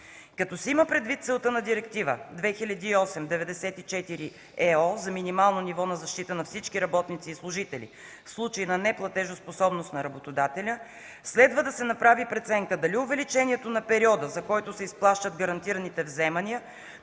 Като се има предвид целта на Директива 2008/94/ЕО за минимално ниво на защита на всички работници и служители в случай на неплатежоспособност на работодателя следва да се направи преценка дали увеличението на периода, за който се изплащат гарантираните вземания,